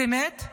באמת?